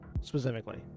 specifically